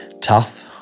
tough